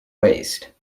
waist